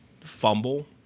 fumble